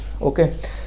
Okay